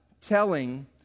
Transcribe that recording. telling